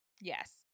Yes